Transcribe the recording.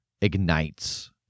ignites